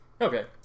Okay